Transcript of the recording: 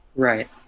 Right